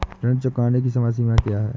ऋण चुकाने की समय सीमा क्या है?